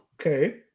Okay